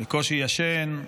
בקושי ישן,